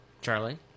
Charlie